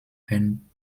herrn